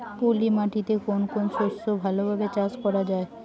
পলি মাটিতে কোন কোন শস্য ভালোভাবে চাষ করা য়ায়?